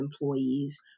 employees